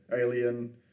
Alien